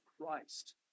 Christ